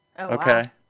okay